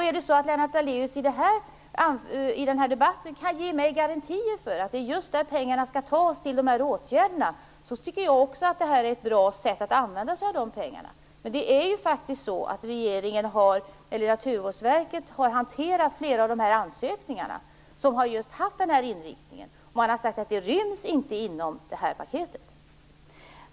Är det så att Lennart Daléus i den här debatten kan ge mig garantier för att det är just där pengarna skall tas till de här åtgärderna så tycker jag också att det här är ett bra sätt att använda de pengarna. Men Naturvårdsverket har hanterat flera av de ansökningar som har haft den här inriktningen, och man har sagt att det inte ryms inom detta paket.